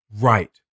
Right